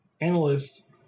analyst